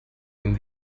dem